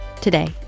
today